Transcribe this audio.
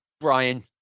Brian